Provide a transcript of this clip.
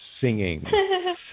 singing